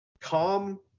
Calm